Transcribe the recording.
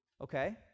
okay